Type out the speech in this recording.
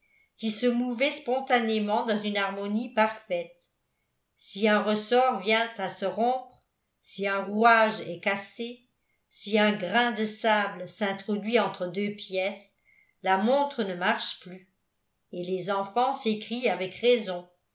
qui se mouvaient spontanément dans une harmonie parfaite si un ressort vient à se rompre si un rouage est cassé si un grain de sable s'introduit entre deux pièces la montre ne marche plus et les enfants s'écrient avec raison